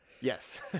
Yes